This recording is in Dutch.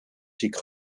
ziek